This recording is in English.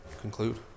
conclude